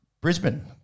Brisbane